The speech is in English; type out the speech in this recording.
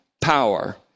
power